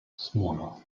smaller